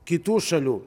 kitų šalių